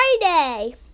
Friday